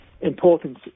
Importance